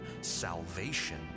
salvation